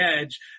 edge